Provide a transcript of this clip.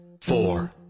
four